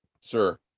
sir